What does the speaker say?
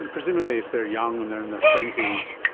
and presumably if they are young and they're in their twenty s,